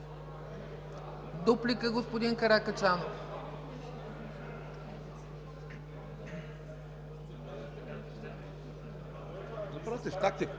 Дуплика – господин Каракачанов.